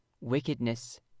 Wickedness